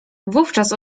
wówczas